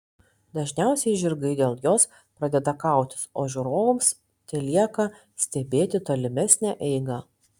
dažniausiai žirgai dėl jos pradeda kautis o žiūrovams telieka stebėti tolimesnę eigą